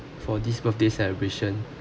for this birthday celebration